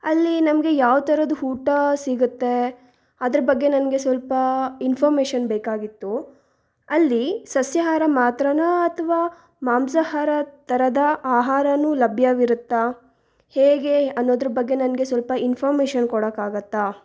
ಅಲ್ಲಿ ನಮಗೆ ಯಾವ ಥರದ ಊಟ ಸಿಗುತ್ತೆ ಅದ್ರ ಬಗ್ಗೆ ನನಗೆ ಸ್ವಲ್ಪ ಇನ್ಫಾರ್ಮೇಶನ್ ಬೇಕಾಗಿತ್ತು ಅಲ್ಲಿ ಸಸ್ಯಾಹಾರ ಮಾತ್ರನಾ ಅಥವಾ ಮಾಂಸಾಹಾರದ ಥರದ ಆಹಾರನೂ ಲಭ್ಯವಿರುತ್ತಾ ಹೇಗೆ ಅನ್ನೋದ್ರ ಬಗ್ಗೆ ನನಗೆ ಸ್ವಲ್ಪ ಇನ್ಫಾರ್ಮೇಶನ್ ಕೊಡೋಕ್ಕಾಗತ್ತಾ